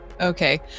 Okay